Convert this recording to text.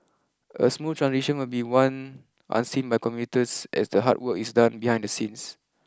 a smooth transition will be one unseen by commuters as the hard work is done behind the scenes